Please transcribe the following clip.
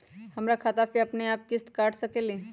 हमर खाता से अपनेआप किस्त काट सकेली?